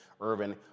Irvin